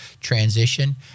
transition